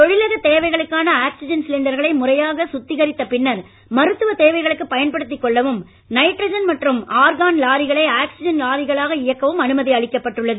தொழிலக தேவைகளுக்கான ஆக்சிஜன் சிலிண்டர்களை முறையாக சுத்திகரித்த பின்னர் மருத்துவ தேவைகளுக்கு பயன்படுத்திக் கொள்ளவும் நைட்ரஜன் மற்றும் ஆர்கான் லாரிகளை ஆக்சிஜன் லாரிகளாக இயக்கவும் அனுமதி அளிக்கப்பட்டுள்ளது